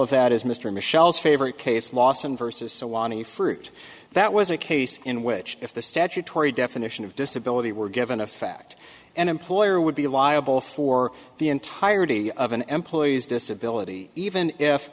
of that is mr michel's favorite case lawson versus awami fruit that was a case in which if the statutory definition of disability were given a fact an employer would be liable for the entirety of an employee's disability even if